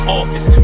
office